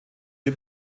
die